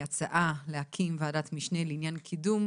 ההצעה היא להקים ועדת משנה לעניין קידום,